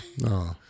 No